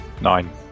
Nine